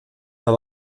herr